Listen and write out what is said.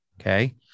Okay